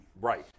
right